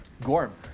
Gorm